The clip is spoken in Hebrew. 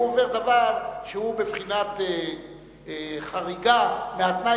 הוא עובר דבר שהוא בבחינת חריגה מהתנאי